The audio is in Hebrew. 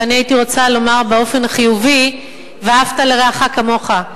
ואני הייתי רוצה לומר באופן החיובי: "ואהבת לרעך כמוך".